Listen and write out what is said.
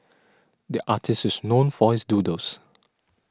the artist is known for his doodles